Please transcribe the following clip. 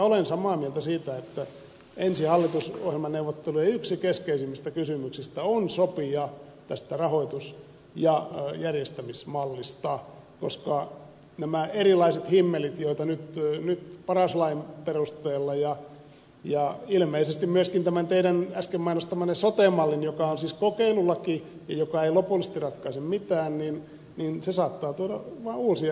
olen samaa mieltä siitä että ensi hallitusohjelmaneuvottelujen yksi keskeisimmistä kysymyksistä on sopia tästä rahoitus ja järjestämismallista koska näitä erilaisia himmeleitä nyt tulee paras lain perusteella ja ilmeisesti myöskin tämä teidän äsken mainostamanne sote malli joka on siis kokeilulaki ja joka ei lopullisesti ratkaise mitään saattaa tuoda vaan uusia himmeleitä